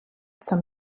zum